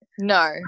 No